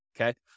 okay